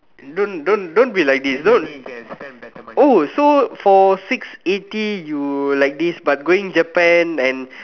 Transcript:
don't don't don't be like this don't oh so for six eighty you like this but going Japan and